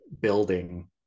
building